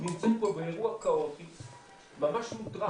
אנחנו נמצאים פה באירוע ממש מוטרף,